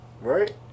right